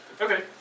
Okay